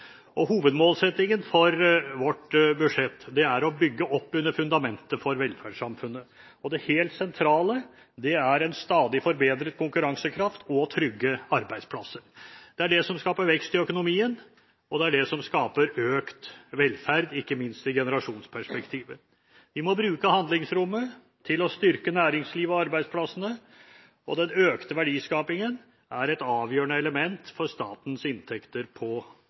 godt. Hovedmålsettingen for vårt budsjett er å bygge opp under fundamentet for velferdssamfunnet. Det helt sentrale er en stadig forbedret konkurransekraft og trygge arbeidsplasser. Det er det som skaper vekst i økonomien, og det er det som skaper økt velferd, ikke minst i generasjonsperspektivet. Vi må bruke handlingsrommet til å styrke næringslivet og arbeidsplassene, og den økte verdiskapingen er et avgjørende element for statens inntekter på